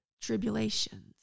tribulations